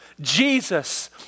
Jesus